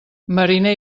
mariner